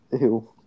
Ew